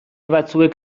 batzuek